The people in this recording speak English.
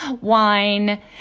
wine